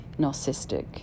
narcissistic